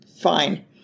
fine